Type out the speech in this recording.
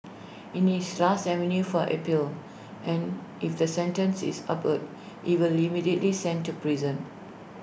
IT is last avenue for appeal and if the sentence is upheld he will immediately sent to prison